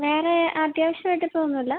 വേറെ അത്യാവശ്യമായിട്ട് ഇപ്പോഴൊന്നുമില്ല